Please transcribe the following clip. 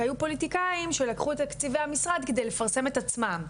כי היו פוליטיקאים שלקחו את תקציבי המשרד כדי לפרסם את עצמם,